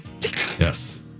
Yes